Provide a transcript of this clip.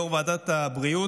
יו"ר ועדת הבריאות,